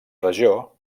regió